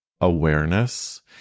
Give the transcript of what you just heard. awareness